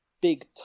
big